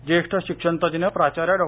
निधन ज्येष्ठ शिक्षणतज्ज्ञ प्राचार्या डॉ